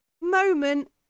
moment